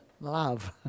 Love